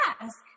ask